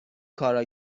کارا